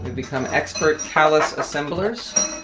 become expert kallax assemblers